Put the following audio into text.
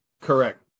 correct